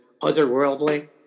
otherworldly